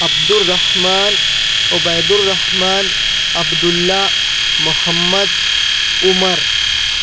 Abdul Rahman Ubaid Rahman Abdullah Muhammad Umar